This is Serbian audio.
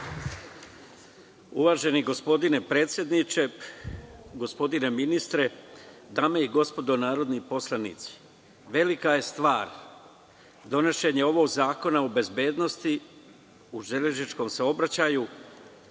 Uvaženi gospodine predsedniče, gospodine ministre, dame i gospodo narodni poslanici, velika je stvar donošenje ovog Zakona o bezbednosti u železničkom saobraćaju